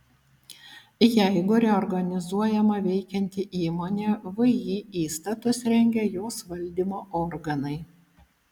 jeigu reorganizuojama veikianti įmonė vį įstatus rengia jos valdymo organai